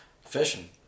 Fishing